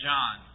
John